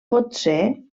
potser